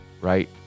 right